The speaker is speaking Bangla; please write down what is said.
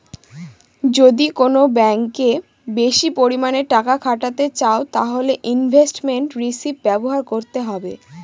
যদি কোন ব্যাঙ্কে বেশি পরিমানে টাকা খাটাতে চাও তাহলে ইনভেস্টমেন্ট রিষিভ ব্যবহার করতে হবে